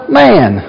man